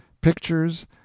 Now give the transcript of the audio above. pictures